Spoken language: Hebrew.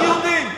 רק יהודים.